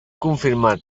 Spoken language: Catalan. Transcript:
confirmat